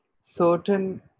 certain